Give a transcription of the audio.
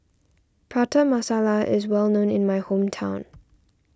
Prata Masala is well known in my hometown